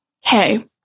hey